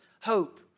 hope